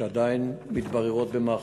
כשעדיין הן מתבררות במח"ש,